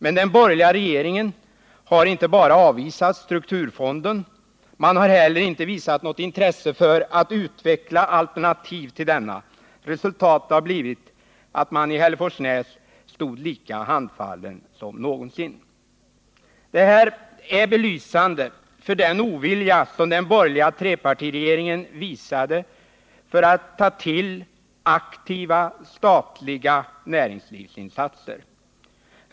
Men den borgerliga regeringen har inte bara avvisat strukturfonden, man har heller inte visat något intresse för att utveckla alternativ till denna. Resultatet har blivit att man i Hälleforsnäs stått lika handfallen som någonsin. Det här är belysande för den ovilja som den borgerliga trepartiregeringen visade för att ta till aktiva statliga näringslivsinsatser.